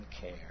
care